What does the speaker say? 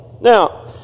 Now